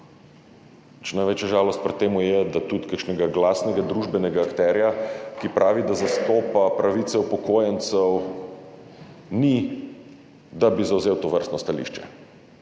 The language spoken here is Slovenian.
največja žalost pri tem je, da tudi kakšnega glasnega družbenega akterja, ki pravi, da zastopa pravice upokojencev, ni, da bi zavzel tovrstno stališče.